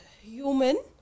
Human